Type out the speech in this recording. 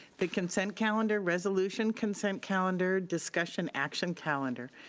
the consent calendar, resolution consent calendar, discussion action calendar.